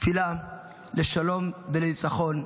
תפילה לשלום ולניצחון,